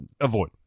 avoid